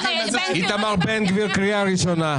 איתמר בן גביר, קריאה ראשונה.